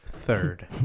third